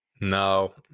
No